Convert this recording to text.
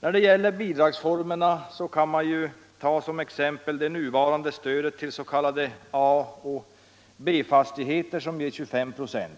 När det gäller bidragsformerna kan man som ett exempel ta det nuvarande stödet till s.k. A-B-fastigheter, som ger 25 26.